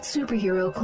Superhero